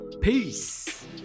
Peace